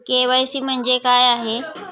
KYC म्हणजे काय आहे?